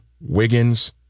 Wiggins